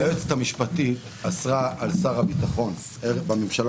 היועצת המשפטית אסרה על שר הביטחון בממשלה